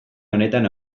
honetan